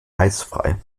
eisfrei